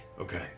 okay